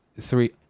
three